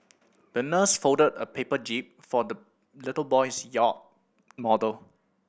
the nurse folded a paper jib for the little boy's yacht model